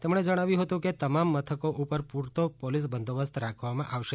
તેમણે જણાવ્યું હતું કે તમામ મથકો ઉપર પૂરતો પોલીસ બંદોબસ્ત રાખવામાં આવશે